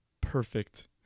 perfect